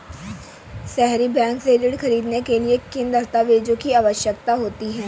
सहरी बैंक से ऋण ख़रीदने के लिए किन दस्तावेजों की आवश्यकता होती है?